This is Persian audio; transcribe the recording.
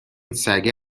سگه